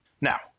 Now